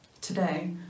today